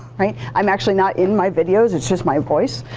right? i'm actually not in my videos, it's just my voice,